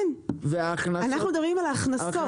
כן, אנחנו מדברים על ההכנסות.